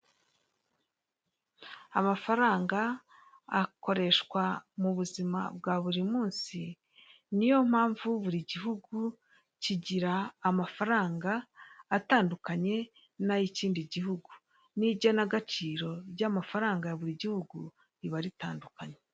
Amafaranga akoreshwa mu buzima bwa buri munsi, niyo mpamvu buri gihugu kigira amafaranga atandukanye nay'ikindi gihugu, n'igenagaciro ry'amafaranga ya buri gihugu biba ritandukanye.